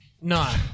No